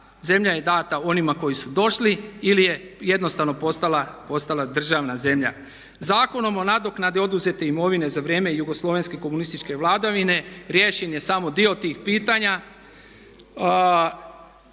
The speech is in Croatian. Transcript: Zemlja je dana onima koji su došli ili je jednostavno postala državna zemlja. Zakonom o nadoknadi oduzete imovine za vrijeme jugoslovenske komunističke vladavine riješen je samo dio tih pitanja.